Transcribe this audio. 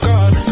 God